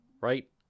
right